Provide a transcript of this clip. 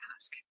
ask